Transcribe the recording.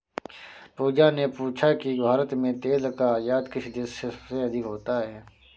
पूजा ने पूछा कि भारत में तेल का आयात किस देश से सबसे अधिक होता है?